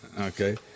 okay